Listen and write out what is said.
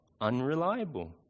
unreliable